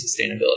sustainability